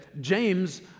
James